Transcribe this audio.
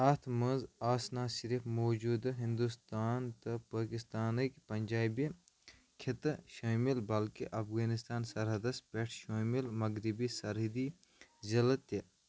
اَتھ منٛز ٲسہِ نہٕ صِرِف موجودٕ ہِنٛدُستان تہٕ پٲکِستانٕکہِ پنٛجٲبہِ خٕطہٕ شٲمِل بٔلکہِ افغانستان سرحدس پیٹھ شٲمِل مغرِبی سرحدی ضِلع تہِ